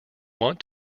want